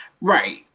Right